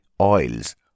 oils